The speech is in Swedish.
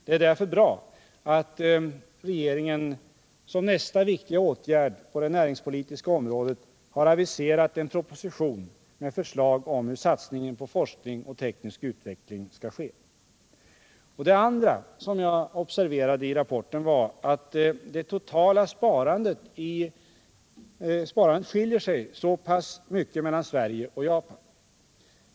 Det är därför bra att regeringen som nästa viktiga åtgärd på det näringspolitiska området har aviserat en proposition med förslag om hur satsningen på forskning och teknisk utveckling skall ske. Det andra som jag observerade i rapporten var att det totala sparandet skiljer sig så pass mycket mellan Sverige och Japan.